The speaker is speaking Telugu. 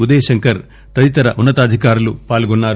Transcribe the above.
ఉదయశంకర్ తదితర ఉన్న తాధికారులు పాల్గొన్నారు